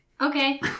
Okay